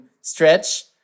stretch